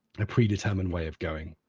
and a predetermined way of going.